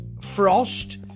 Frost